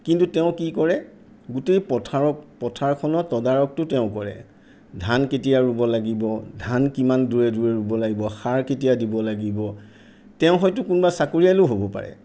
কিন্তু তেওঁ কি কৰে গোটেই পথাৰক পথাৰখনৰ তদাৰকটো তেওঁ কৰে ধান কেতিয়া ৰুব লাগিব ধান কিমান দূৰে দূৰে ৰুব লাগিব সাৰ কেতিয়া দিব লাগিব তেওঁ হয়তো কোনোবা চাকৰিয়ালো হ'ব পাৰে